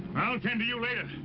i'll tend to you later.